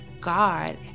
God